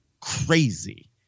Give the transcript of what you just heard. crazy